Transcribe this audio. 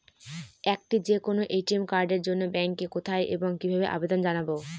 একটি যে কোনো এ.টি.এম কার্ডের জন্য ব্যাংকে কোথায় এবং কিভাবে আবেদন জানাব?